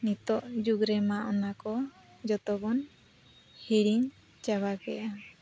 ᱱᱤᱛᱳᱜ ᱡᱩᱜᱽ ᱨᱮᱢᱟ ᱚᱱᱟᱠᱚ ᱡᱚᱛᱚᱵᱚᱱ ᱦᱤᱲᱤᱧ ᱪᱟᱵᱟ ᱠᱮᱫᱟ